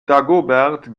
dagobert